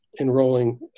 enrolling